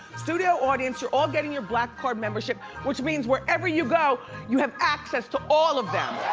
studio audience you're all getting your black card membership which means wherever you go you have access to all of them.